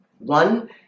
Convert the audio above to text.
One